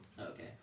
Okay